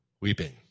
weeping